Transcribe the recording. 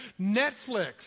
Netflix